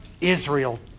Israel